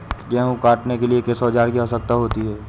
गेहूँ काटने के लिए किस औजार की आवश्यकता होती है?